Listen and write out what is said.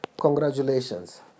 Congratulations